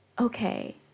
Okay